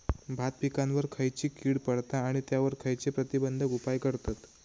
भात पिकांवर खैयची कीड पडता आणि त्यावर खैयचे प्रतिबंधक उपाय करतत?